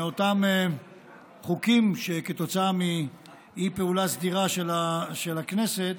מאותם חוקים שכתוצאה מאי-פעולה סדירה של הכנסת